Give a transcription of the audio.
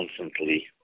constantly